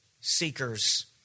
seekers